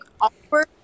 awkward